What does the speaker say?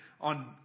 on